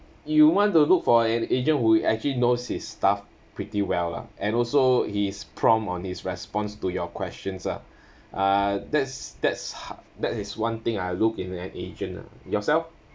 you want to look for an agent who actually knows his stuff pretty well lah and also he is prompt on his response to your questions ah uh that's that's h~ that is one thing I look in an agent yourself